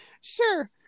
sure